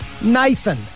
Nathan